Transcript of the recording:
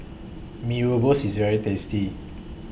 Mee Rebus IS very tasty